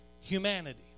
humanity